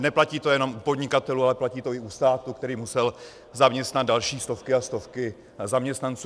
Neplatí to jenom u podnikatelů, ale platí to i u státu, který musel zaměstnat další stovky a stovky zaměstnanců.